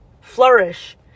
Flourish